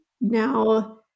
now